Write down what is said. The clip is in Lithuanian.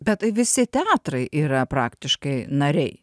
bet tai visi teatrai yra praktiškai nariai